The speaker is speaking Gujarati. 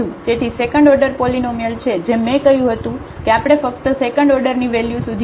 તેથી સેકન્ડ ઓર્ડર પોલીનોમીઅલ છે જેમ મેં કહ્યું હતું કે આપણે ફક્ત સેકન્ડ ઓર્ડરની વેલ્યુ સુધી જઈશું